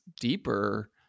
deeper